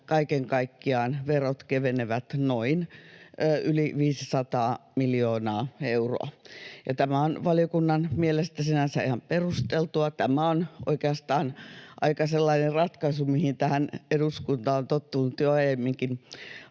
kaiken kaikkiaan verot kevenevät yli 500 miljoonaa euroa. Ja tämä on valiokunnan mielestä sinänsä ihan perusteltua. Tämä on oikeastaan aika lailla sellainen ratkaisu, mitä eduskunta on tottunut jo aiemminkin